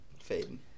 fading